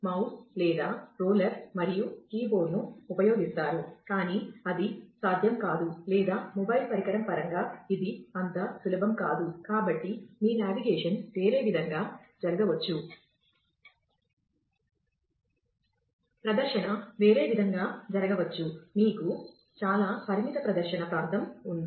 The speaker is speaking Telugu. ప్రదర్శన వేరే విధంగా జరగవచ్చు మీకు చాలా పరిమిత ప్రదర్శన ప్రాంతం ఉంది